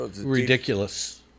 ridiculous